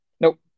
Nope